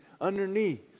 underneath